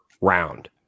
round